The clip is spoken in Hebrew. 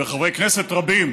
וחברי כנסת רבים